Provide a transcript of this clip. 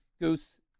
Goose